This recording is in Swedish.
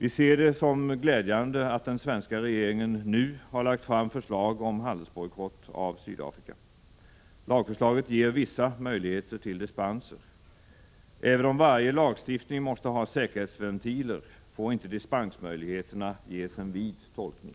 Vi ser det som glädjande att den svenska regeringen nu har lagt fram ett förslag om handelsbojkott av Sydafrika. Lagförslaget ger vissa möjligheter till dispenser. Även om varje lagstiftning måste ha säkerhetsventiler får inte dispensmöjligheterna ges en vid tolkning.